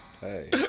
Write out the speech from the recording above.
Hey